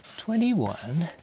twenty one,